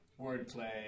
wordplay